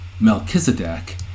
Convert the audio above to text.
Melchizedek